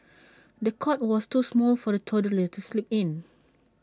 the cot was too small for the toddler to sleep in